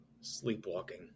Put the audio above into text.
Sleepwalking